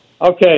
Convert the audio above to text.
Okay